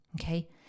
Okay